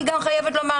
אני חייבת לומר,